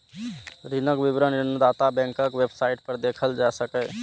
ऋणक विवरण ऋणदाता बैंकक वेबसाइट पर देखल जा सकैए